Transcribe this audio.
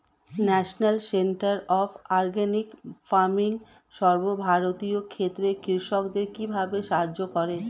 National centre of organic farming সর্বভারতীয় ক্ষেত্রে কৃষকদের কিভাবে সাহায্য করে?